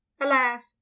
Alas